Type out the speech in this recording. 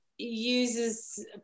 uses